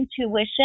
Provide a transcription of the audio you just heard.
intuition